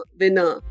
winner